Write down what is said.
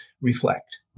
reflect